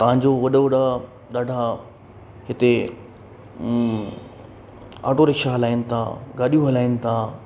तव्हांजो वॾा वॾा ॾाढा हिते ऑटो रिक्शा हलाइनि ता गाॾियूं हलाइनि था